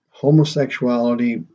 homosexuality